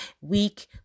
week